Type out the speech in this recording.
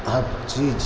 हर चीज